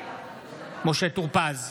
משה טור פז,